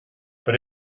but